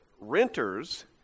renters